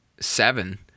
seven